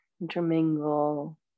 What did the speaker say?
intermingle